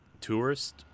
tourist